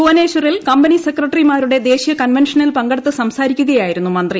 ഭുവനേശ്വറിൽ കമ്പനി സെക്രട്ടറിമാരുടെ ദേശീയ കൺവെൻഷനിൽ പങ്കെടുത്ത് സംസാരിക്കുകയായിരുന്നു മന്ത്രി